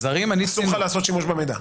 אסור לך לעשות שימוש במידע?